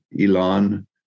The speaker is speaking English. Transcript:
Elon